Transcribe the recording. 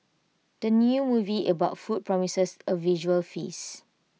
the new movie about food promises A visual feast